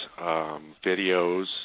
videos